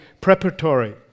preparatory